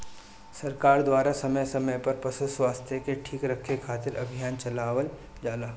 सरकार द्वारा समय समय पर पशु स्वास्थ्य के ठीक रखे खातिर अभियान चलावल जाला